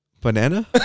banana